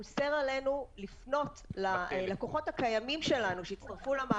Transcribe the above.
הוא אוסר עלינו לפנות ללקוחות הקיימים שלנו שהצטרפו למאגר.